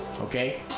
Okay